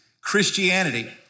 Christianity